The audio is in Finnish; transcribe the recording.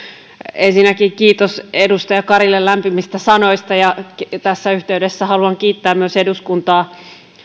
ensinnäkin kiitos edustaja karille lämpimistä sanoista ja tässä yhteydessä haluan kiittää myös eduskuntaa